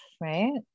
Right